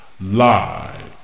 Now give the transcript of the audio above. Live